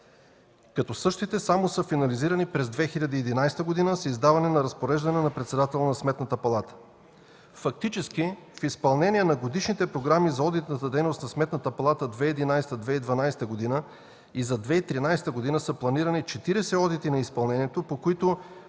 г. Същите само са финализирани през 2011 г. с издаване на разпореждане на председателя на Сметната палата. Фактически в изпълнение на годишните програми за одитната дейност на Сметната палата 2011-2012 г. и за 2013 г. са планирани 40 одити на изпълнението, по които